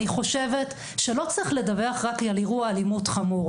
אני חושבת שלא צריך לדווח רק על אלימות חמור.